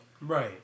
Right